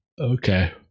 Okay